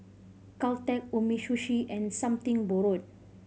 Caltex Umisushi and Something Borrowed